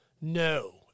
no